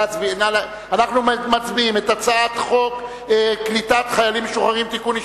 אנחנו מצביעים על הצעת חוק קליטת חיילים משוחררים (תיקון,